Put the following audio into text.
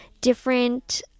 different